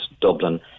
Dublin